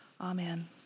Amen